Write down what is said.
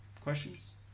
questions